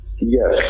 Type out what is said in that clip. Yes